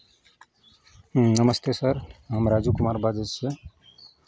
नमस्ते sir हम राजू कुमार बाजै छियै